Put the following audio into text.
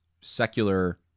secular